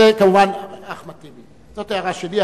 זו הערה שלי.